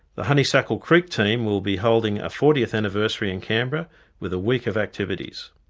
the honeysuckle creek team will be holding a fortieth anniversary in canberra with a week of activities.